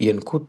ינקות